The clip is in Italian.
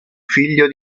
figlio